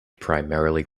primarily